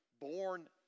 born